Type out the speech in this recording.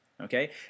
okay